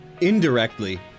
indirectly